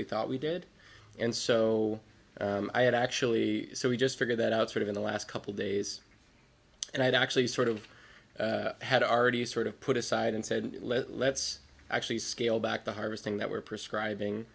we thought we did and so i had actually so we just figured that out sort of in the last couple days and i'd actually sort of had already sort of put aside and said let's let's actually scale back the harvesting that we're prescribing